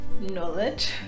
knowledge